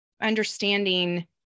understanding